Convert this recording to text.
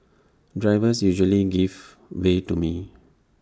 drivers usually give way to me